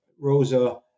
Rosa